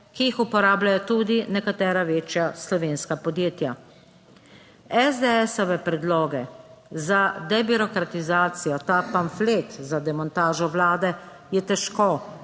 ki jih uporabljajo tudi nekatera večja slovenska podjetja. SDS-ove predloge za debirokratizacijo, ta pamflet za demontažo vlade je težko,